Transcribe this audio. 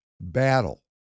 battle